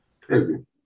Crazy